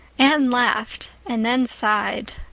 anne laughed and then sighed.